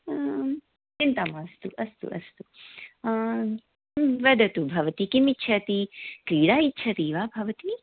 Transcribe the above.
चिन्ता मास्तु अस्तु अस्तु वदतु भवती किम् इच्छति क्रीडा इच्छति वा भवती